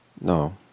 No